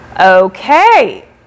Okay